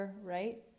right